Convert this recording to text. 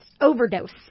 overdose